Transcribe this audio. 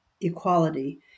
equality